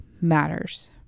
matters